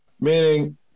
Meaning